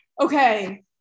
okay